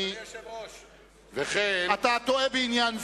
אתה טועה בעניין זה,